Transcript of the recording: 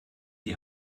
die